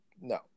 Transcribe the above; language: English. No